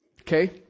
Okay